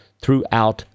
throughout